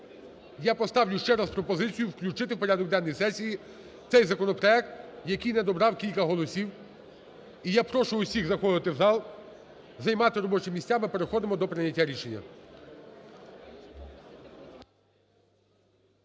я поставлю ще раз пропозицію включити в порядок денний сесії цей законопроект, який не добрав кілька голосів. І я прошу всіх заходити в зал займати робочі місця, ми переходимо до прийняття рішення.